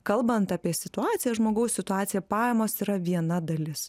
kalbant apie situaciją žmogaus situaciją pajamos yra viena dalis